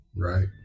right